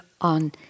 on